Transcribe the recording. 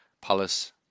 Palace